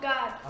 God